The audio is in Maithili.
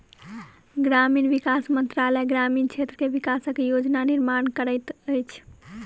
ग्रामीण विकास मंत्रालय ग्रामीण क्षेत्र के विकासक योजना निर्माण करैत अछि